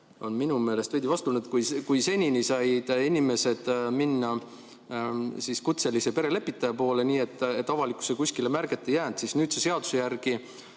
on minu meelest veidi vastuoluline. Kui senini said inimesed pöörduda kutselise perelepitaja poole nii, et avalikkusesse kuskile märget ei jäänud, siis nüüd seaduse järgi,